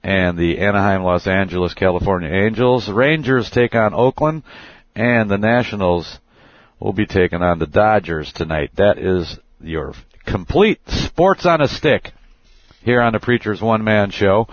and the anaheim los angeles california angels rangers take on oakland and the nationals will be taken on the dodgers tonight that is your complete sports on a stick here on a preacher's one man show